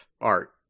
art